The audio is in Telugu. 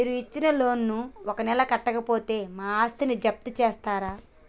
మీరు ఇచ్చిన లోన్ ను ఒక నెల కట్టకపోతే మా ఆస్తిని జప్తు చేస్తరా?